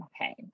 Okay